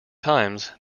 times